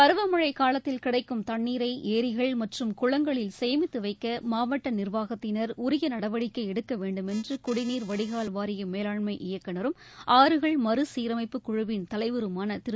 பருவமனழ காலத்தில் கிடைக்கும் தண்ணீரை ஏரிகள் மற்றும் குளங்களில் சேமித்து வைக்க மாவட்ட நிர்வாகத்தினா் உரிய நடவடிக்கை எடுக்க வேண்டுமென்று குடிநீர் வடிகால் வாரிய மேலாண்மை இயக்குநரும் ஆறுகள் மறுசீரமைப்புக் குழுவின் தலைவருமான திரு